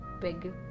big